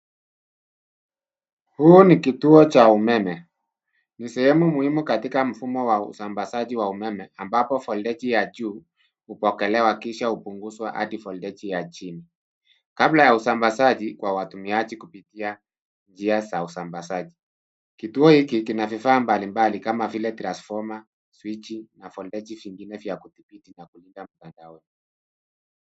Huu ni kituo cha umeme. Ni sehemu muhimu katika mfumo wa usambazaji wa umeme ambapo voteji ya juu hupokelewa kisha hupunguzwa hadi voteji ya chini , kabla ya usambazaji kwa watumiaji kupitia njia za usambazaji. Kituo hiki kina vifaa mbalimbali kama vile transfoma, swichi na voteji vingine vya kudhibiti na kulinda mtandao.